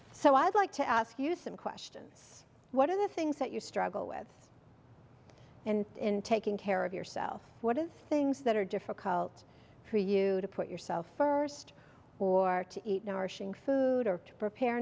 would like to ask you some questions what are the things that you struggle with and in taking care of yourself what is things that are difficult for you to put yourself first or to eat food or to prepare